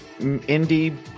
indie